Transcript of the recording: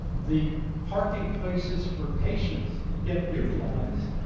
the parking places for patients ah get utilized.